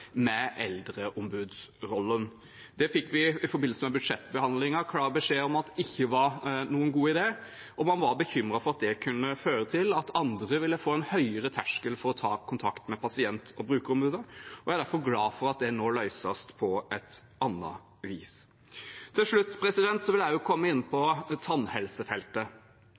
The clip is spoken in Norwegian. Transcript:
med eldreombudsrollen. Det fikk vi i forbindelse med budsjettbehandlingen klar beskjed om at ikke var noen god idé, og man var bekymret for at det kunne føre til at andre ville få en høyere terskel for å ta kontakt med pasient- og brukerombudet. Jeg er derfor glad for at det nå løses på et annet vis. Til slutt vil jeg også komme inn på tannhelsefeltet.